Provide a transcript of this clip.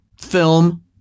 film